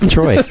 Troy